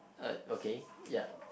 uh okay ya